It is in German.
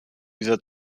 dieser